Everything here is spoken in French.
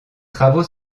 travaux